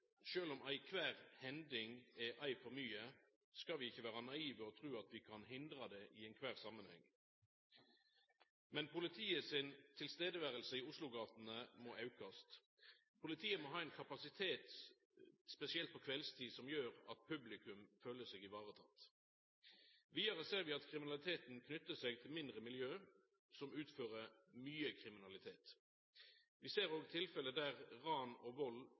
om kvar hending er «ei for mykje», skal vi ikkje vera naive og tru at vi kan hindra det i kvar samanheng. Men politiets nærvær i oslogatene må aukast. Politiet må ha ein kapasitet, spesielt på kveldstid, som gjer at publikum føler seg vareteke. Vidare ser vi at kriminaliteten knyter seg til mindre miljø som utfører mykje kriminalitet. Vi ser òg tilfelle der ran og